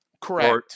Correct